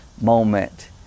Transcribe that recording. moment